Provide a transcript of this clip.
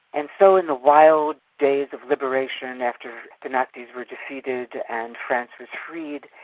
and so in the wild days of liberation, after the nazis were defeated and france was freed,